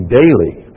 daily